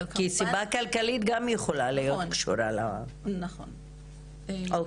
כי סיבה כלכלית גם כן יכולה להיות קשורה למשבר הקורונה.